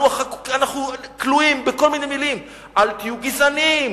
אנחנו כלואים בכל מיני מלים: אל תהיו גזעניים,